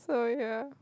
oh ya